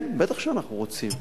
כן, בטח שאנחנו רוצים.